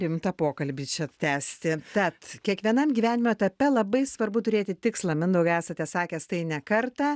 rimtą pokalbį čia tęsti tad kiekvienam gyvenimo etape labai svarbu turėti tikslą mindaugai esate sakęs tai ne kartą